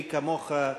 מי כמוך,